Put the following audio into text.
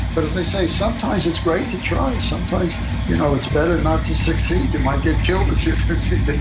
but, as i say, sometimes it's great to try, and sometimes you know it's better not to succeed. you might get killed if you succeed succeed